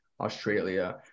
Australia